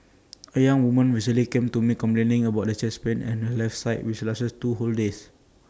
A young woman recently came to me complaining of chest pain on her left side which lasted two whole days